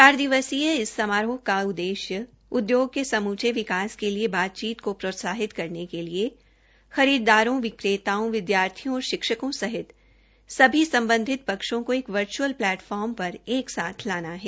चार दिवसीय इस समारोह का उद्देश्य उद्दोग के समूचे विकास के लिए बातचीत को प्रोत्साहित करने के लिए खरीददारों विक्रेताओं विद्यार्थियो और शिक्षकों सिहत सभी सम्बधित पक्षों को एक वर्चुअल प्लैटफार्म पर एक साथ लाना है